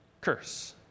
curse